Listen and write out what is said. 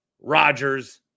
Rodgers